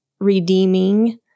redeeming